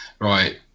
Right